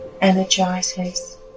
energizes